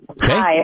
Hi